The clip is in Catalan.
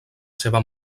seva